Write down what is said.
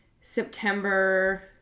September